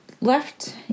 left